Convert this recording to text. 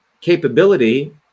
capability